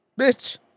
Bitch